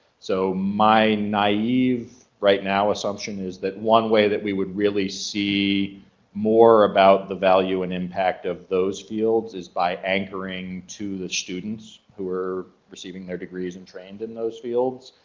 so my naive, right now, assumption is that one way that we would really see more about the value and impact of those fields is by anchoring to the students who are receiving their degrees and trained in those fields.